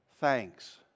thanks